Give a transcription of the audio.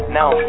now